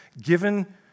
given